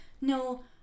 no